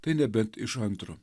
tai nebent iš antro